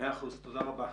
תודה רבה.